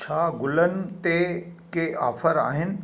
छा गुलनि ते के ऑफर आहिनि